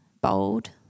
bold